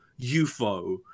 UFO